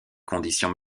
conditions